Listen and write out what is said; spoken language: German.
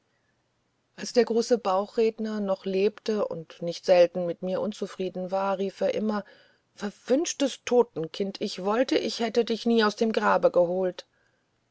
als der große bauchredner noch lebte und nicht selten mit mir unzufrieden war rief er immer verwünschtes totenkind ich wollt ich hätte dich nie aus dem grabe geholt